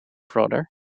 brother